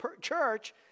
church